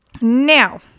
Now